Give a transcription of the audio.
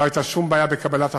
לא הייתה שום בעיה בקבלת החלטות,